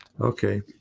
Okay